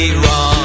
wrong